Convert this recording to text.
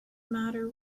matter